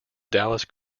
dallas